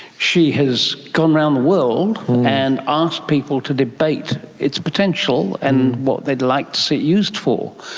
she has gone round the world and ah asked people to debate its potential and what they'd like to see it used for.